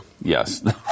Yes